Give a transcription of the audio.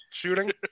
shooting